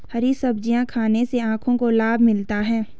हरी सब्जियाँ खाने से आँखों को लाभ मिलता है